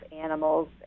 animals